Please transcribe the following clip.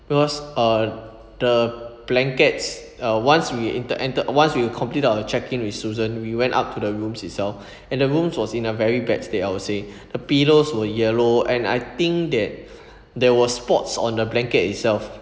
because uh the blankets uh once we enter enter once we complete our check in with susan we went up to the rooms itself and the rooms was in a very bad state I will say the pillows were yellow and I think that there was spots on the blanket itself